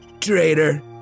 Traitor